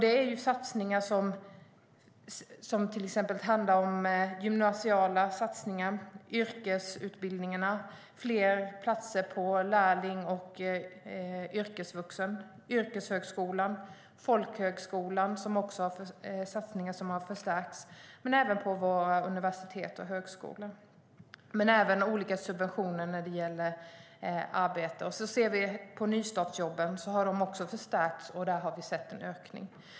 Det handlar om till exempel gymnasiala satsningar, yrkesutbildningar, fler platser på lärlings och yrkeshögskolan. Satsningen på folkhögskolan har förstärkts - det gäller även våra universitet och högskolor. Vi har även satsat på olika subventioner när det gäller arbete. Nystartsjobben har förstärkts, och där har vi sett en ökning.